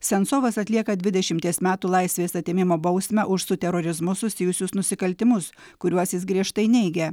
sensovas atlieka dvidešimties metų laisvės atėmimo bausmę už su terorizmu susijusius nusikaltimus kuriuos jis griežtai neigia